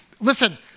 Listen